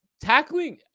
tackling